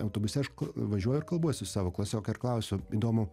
autobuse aš važiuoju ir kalbuosi su savo klasioke ir klausiu įdomu